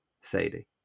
Sadie